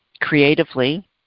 creatively